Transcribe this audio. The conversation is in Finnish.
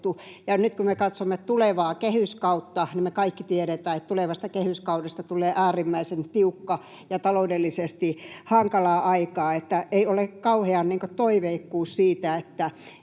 nyt kun me katsomme tulevaa kehyskautta, niin me kaikki tiedetään, että tulevasta kehyskaudesta tulee äärimmäisen tiukka ja taloudellisesti hankalaa aikaa, eli ei ole kauheaa toiveikkuutta siitä, että